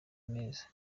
neza